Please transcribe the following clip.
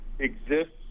Exists